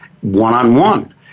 one-on-one